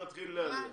נתחיל עם זה.